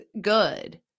Good